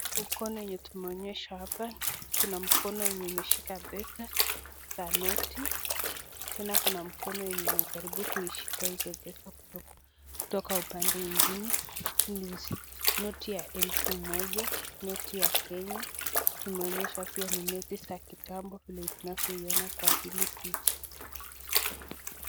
Hii mkono yenye tumeonyeshwa hapa, kuna mkono yenye imeshika pesa za noti, tena kuna mkono yenye inajaribu kuishika hizo pesa kutoka upande ingine, ni noti ya elfu moja, noti ya kenya, tumeonyeshwa pia ni noti za kitambo vile tunavyoiona kwa hili picha.